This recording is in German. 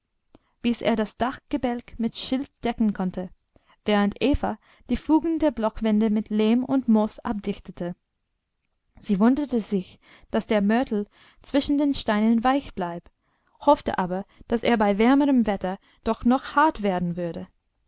bis er das dachgebälk mit schilf decken konnte während eva die fugen der blockwände mit lehm und moos abdichtete sie wunderte sich daß der mörtel zwischen den steinen weich blieb hoffte aber daß er bei wärmerem wetter doch noch hart werden würde